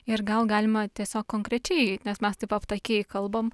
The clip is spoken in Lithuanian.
ir gal galima tiesiog konkrečiai nes mes taip aptakiai kalbam